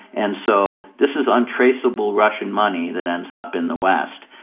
and so, this is untraceable russian money that ends up in the west.